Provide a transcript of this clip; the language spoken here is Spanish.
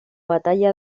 batalla